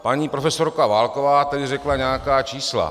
Paní profesorka Válková tady řekla nějaká čísla.